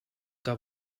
que